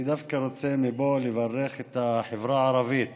אני דווקא רוצה מפה לברך את החברה הערבית